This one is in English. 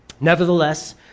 Nevertheless